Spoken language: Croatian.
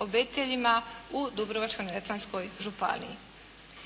obiteljima u Dubrovačko-neretvanskoj županiji.